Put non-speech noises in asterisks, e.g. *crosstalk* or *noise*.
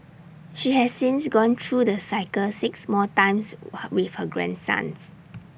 she has since gone through the cycle six more times *hesitation* with her grandsons